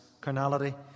carnality